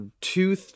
two